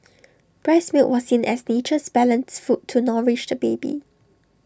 breast milk was seen as nature's balanced food to nourish the baby